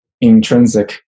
intrinsic